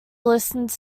listens